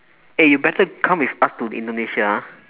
eh you better come with us to indonesia ah